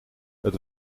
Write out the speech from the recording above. het